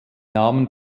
namen